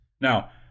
Now